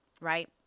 Right